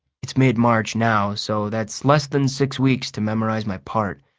it's mid-march now, so that's less than six weeks to memorize my part.